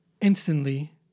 instantly